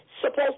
supposed